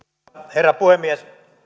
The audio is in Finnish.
herra puhemies